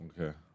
okay